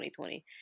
2020